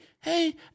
hey